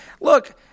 Look